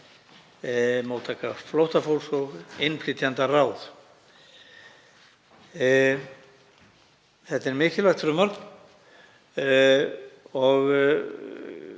móttöku flóttafólks og innflytjendaráð. Þetta er mikilvægt frumvarp og